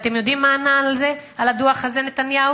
אתם יודעים מה ענה על הדוח הזה נתניהו?